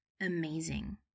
amazing